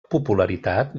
popularitat